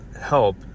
help